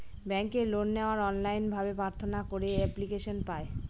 ব্যাঙ্কে লোন নেওয়ার অনলাইন ভাবে প্রার্থনা করে এপ্লিকেশন পায়